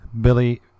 Billy